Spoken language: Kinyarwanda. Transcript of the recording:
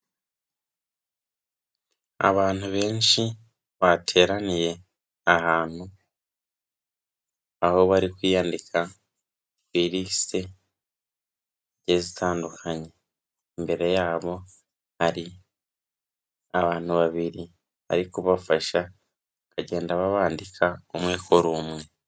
Abantu benshi bateraniye ahantu, aho bari kwiyandika, kuri lisite zigiye zitandukanye, imbere yabo hari abantu babiri bari kubafasha, bakagenda babandika umwe kuri umwe.